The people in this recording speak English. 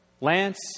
Lance